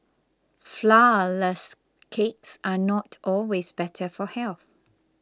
Flourless Cakes are not always better for health